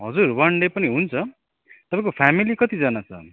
हजुर one day पनि हुन्छ तपाईँको फ्यामिली कतिजना छन्